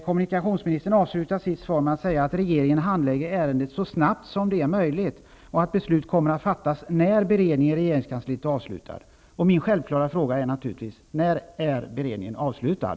Kommunikationsministern avslutar sitt svar med att framhålla att regeringen handlägger ärendet så snabbt som möjligt och att beslut kommer att fattas när beredningen i regeringskansliet är avslutad. Min självklara fråga blir då: När är beredningen avslutad?